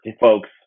folks